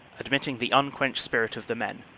admitting the unquenched spirit of the men,